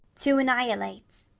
to annihilate.